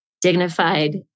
dignified